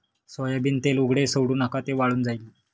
soybean तेल उघडे सोडू नका, ते वाळून जाईल